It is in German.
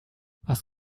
was